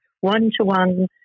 one-to-one